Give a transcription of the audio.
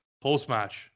post-match